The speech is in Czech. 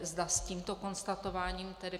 Zda s tímto konstatováním tedy